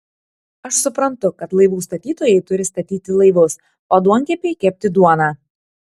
aš suprantu kad laivų statytojai turi statyti laivus o duonkepiai kepti duoną